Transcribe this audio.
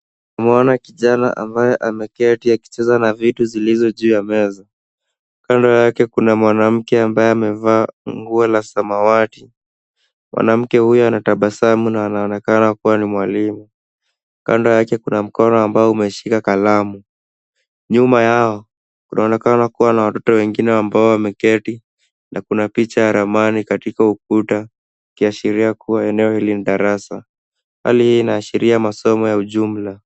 Mwana kijana ambaye ameketi akicheza na vitu zilizo juu ya meza Kando yake kuna mwanamke ambaye amevaa nguo la samawati, mwanamke huyu anatabasamu na anaonekana kuwa ni mwalimu. Kando yao kuna mkono ambaye umeshika kalamu. Nyuma yao kunaonekana kuwa na watoto wengine ambao wameketi na kuna picha ya ramani katika ukuta ikiashiria kuwa eneo hili ni darasa, Hali hii inaashiria masomo ya ujumla.